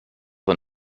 vor